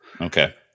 Okay